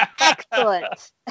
Excellent